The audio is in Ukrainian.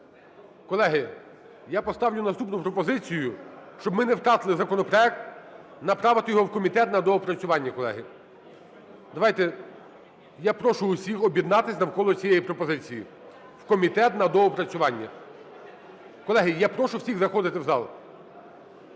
Колеги, я поставлю наступну пропозицію: щоб ми не втратили законопроект, направити його у комітет на доопрацювання, колеги. Давайте, я прошу всіх об'єднатися навколо цієї пропозиції: в комітет на доопрацювання. Колеги, я прошу всіх заходити в зал.